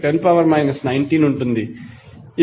60210 19 ఉంటుంది